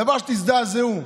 דבר שתזדעזעו ממנו.